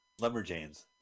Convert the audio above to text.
Lumberjanes